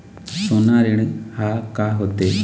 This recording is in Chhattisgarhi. सोना ऋण हा का होते?